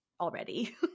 already